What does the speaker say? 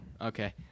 Okay